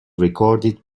recorded